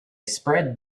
spread